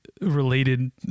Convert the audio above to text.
related